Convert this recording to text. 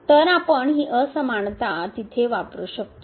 तर आपण ही असमानता तिथे वापरु शकतो